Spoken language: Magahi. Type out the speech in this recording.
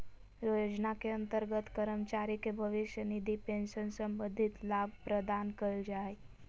योजना के अंतर्गत कर्मचारी के भविष्य निधि पेंशन संबंधी लाभ प्रदान कइल जा हइ